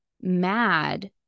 mad